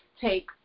take